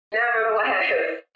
Nevertheless